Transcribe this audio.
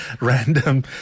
Random